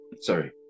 sorry